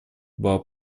была